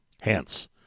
Hence